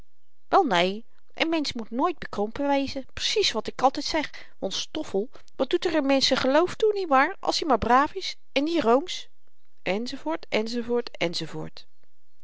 wel neen n mensch moet nooit bekrompen wezen precies wat ik altyd zeg want stoffel wat doet er n mensch z'n geloof toe niet waar als i maar braaf is en niet roomsch enz